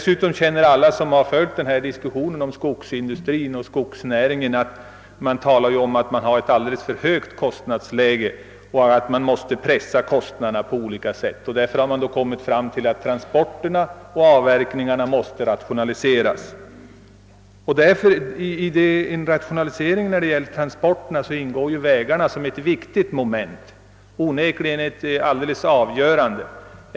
Alla som har följt diskussionen om skogsindustrin och skogsnäringarna vet också, att det talas om ett alldeles för högt kostnadsläge. Kostnaderna måste sålunda pressas på olika sätt, och man har kommit fram till att transporterna och avverkningarna måste rationaliseras. I en rationalisering av transporterna ingår förbättring av vägarna som ett alldeles avgörande moment.